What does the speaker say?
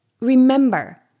remember